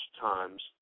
times